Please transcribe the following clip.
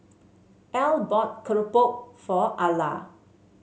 Al bought keropok for Alla